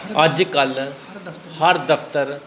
ਅੱਜ ਕੱਲ੍ਹ ਹਰ ਦਫਤਰ